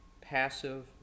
passive